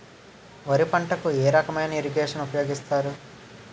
వరి పంటకు ఏ రకమైన ఇరగేషన్ ఉపయోగిస్తారు?